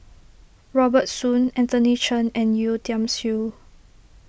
Robert Soon Anthony Chen and Yeo Tiam Siew